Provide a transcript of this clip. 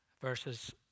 verses